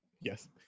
yes